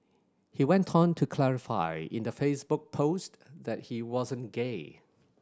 he went on to clarify in the Facebook post that he wasn't gay